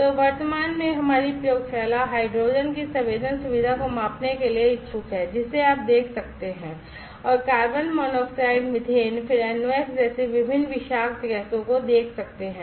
तो वर्तमान में हमारी प्रयोगशाला हाइड्रोजन की संवेदन सुविधा को मापने के लिए इच्छुक है जिसे आप देख सकते हैं और कार्बन मोनोऑक्साइड मीथेन फिर NOx जैसी विभिन्न विषाक्त गैसों को देख सकते हैं